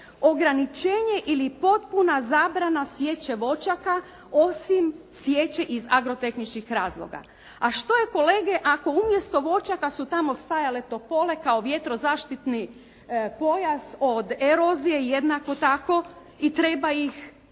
ograničenje ili potpuna zabrana sječe voćaka osim sječe iz agrotehničkih razloga. A što je kolege ako umjesto voćaka su tamo stajale topole, kao vjetrozaštitni pojas od erozije, jednako tako